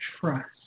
trust